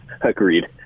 agreed